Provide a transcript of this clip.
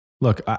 Look